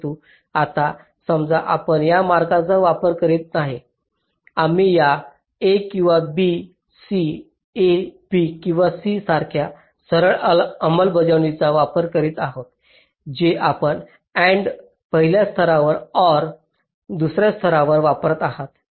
परंतु आता समजा आपण या मार्गाचा वापर करीत नाही आम्ही या a किंवा b c a b किंवा c सारख्या सरळ अंमलबजावणीचा वापर करीत आहोत जे आपण AND पहिल्या स्तरावर OR दुसर्या स्तरावर वापरत आहात